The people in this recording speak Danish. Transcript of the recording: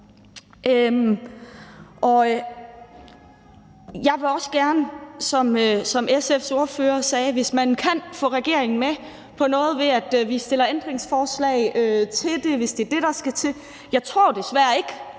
Jeg vil også gerne, som SF's ordfører sagde det, sige, at hvis man kan få regeringen med på noget, ved at vi stiller ændringsforslag til det, så er det det, der skal til, men jeg tror desværre ikke,